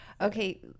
Okay